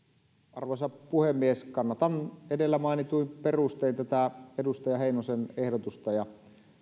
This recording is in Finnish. arvoisa puhemies kannatan edellä mainituin perustein tätä edustaja heinosen ehdotusta ja